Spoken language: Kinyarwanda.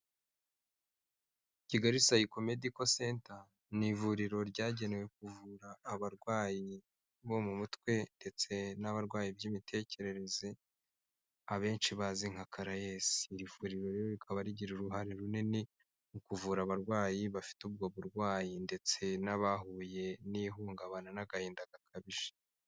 Kigali Psycho-Medical Center ni ivuriro ryagenewe kuvura abarwayi bo mu mutwe ndetse n'abarwaye Iby'imitekerereze abenshi bazi nka kalayesi, iri vuriro rikaba rigira uruhare runini mu kuvura abarwayi bafite ubwo burwayi ndetse n'abahuye n'ihungabana n'agahinda gakabije.